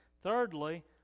Thirdly